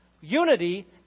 Unity